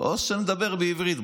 או שנדבר בעברית.